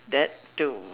that too